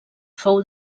fou